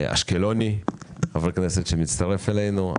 חבר כנסת אשקלוני שמצטרף אלינו.